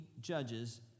judges